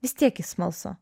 vis tiek gi smalsu